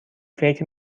فکر